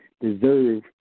deserve